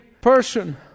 person